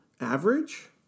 average